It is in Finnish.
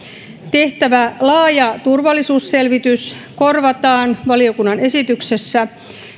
tehtävä laaja turvallisuusselvitys korvataan valiokunnan esityksessä menettelyllä